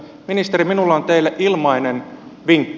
ministeri minulla on teille ilmainen vinkki